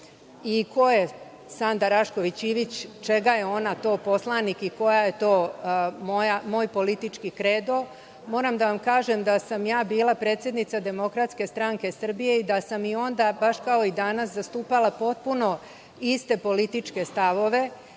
i ko je Sanda Rašković Ivić, čega je ona to poslanik i koji je to moj politički kredo? Moram da vam kažem da sam ja bila predsednika DSS i da sam i onda, baš kao i danas, zastupala potpuno iste političke stavove